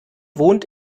wohnt